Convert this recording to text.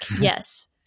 Yes